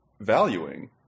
valuing